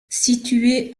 située